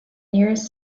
nearest